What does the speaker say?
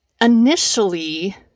initially